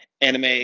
anime